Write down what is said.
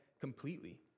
completely